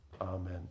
amen